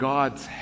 God's